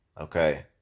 okay